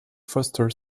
foster